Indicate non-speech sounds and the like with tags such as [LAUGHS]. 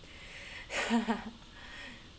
[LAUGHS]